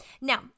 Now